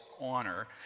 honor